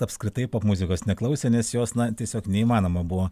apskritai popmuzikos neklausė nes jos na tiesiog neįmanoma buvo